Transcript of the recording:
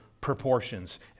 proportions